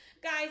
Guys